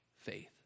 faith